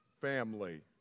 family